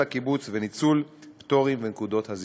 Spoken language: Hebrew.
הקיבוץ וניצול הפטורים ונקודות הזיכוי.